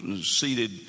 seated